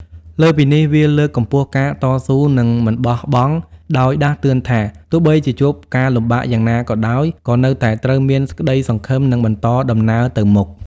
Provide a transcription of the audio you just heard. លើសពីនេះ វាលើកកម្ពស់ការតស៊ូ និងមិនបោះបង់ ដោយដាស់តឿនថា ទោះបីជាជួបការលំបាកយ៉ាងណាក៏ដោយ ក៏នៅតែត្រូវមានក្តីសង្ឃឹម និងបន្តដំណើរទៅមុខ។